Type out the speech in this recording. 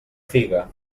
figa